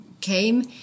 came